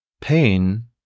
pain